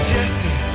Jesse